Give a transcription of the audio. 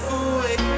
away